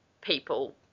people